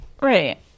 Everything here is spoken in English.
Right